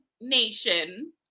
Nation